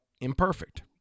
imperfect